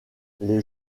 les